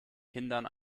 kindern